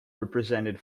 represented